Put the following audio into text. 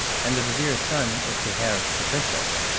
and the vizir's son is to have the princess.